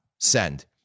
send